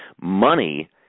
money